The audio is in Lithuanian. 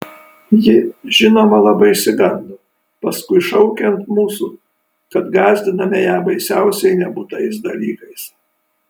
ji žinoma labai išsigando paskui šaukė ant mūsų kad gąsdiname ją baisiausiai nebūtais dalykais